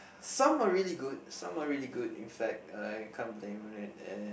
some are really good some are really good in fact I can't blame it and